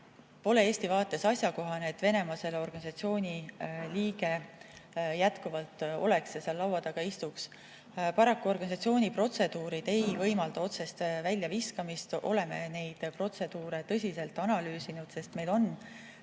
pole Eesti vaates asjakohane, et Venemaa selle organisatsiooni liige jätkuvalt on ja seal laua taga istub. Paraku organisatsiooni protseduurid ei võimalda otsest väljaviskamist. Oleme neid protseduure tõsiselt analüüsinud, sest meil on